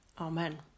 Amen